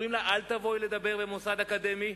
אומרים לה: אל תבואי לדבר במוסד אקדמי,